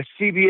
CBS